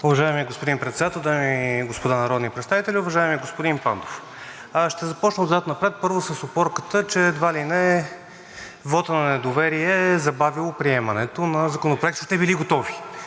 Уважаеми господин Председател, дами и господа народни представители! Уважаеми господин Пандов, ще започна отзад напред, първо, с опорката, че едва ли не вотът на недоверие е забавил приемането на законопроектите, защото те били готови.